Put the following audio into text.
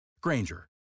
Granger